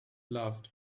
loved